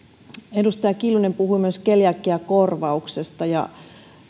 edustaja kiljunen puhui myös keliakiakorvauksesta ja yhdyn